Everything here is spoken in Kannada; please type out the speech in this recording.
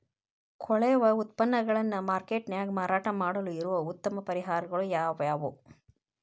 ಕೊಳೆವ ಉತ್ಪನ್ನಗಳನ್ನ ಮಾರ್ಕೇಟ್ ನ್ಯಾಗ ಮಾರಾಟ ಮಾಡಲು ಇರುವ ಉತ್ತಮ ಪರಿಹಾರಗಳು ಯಾವವು?